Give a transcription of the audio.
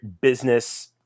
business